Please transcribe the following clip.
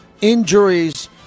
injuries